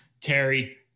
Terry